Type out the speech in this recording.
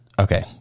Okay